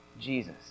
Jesus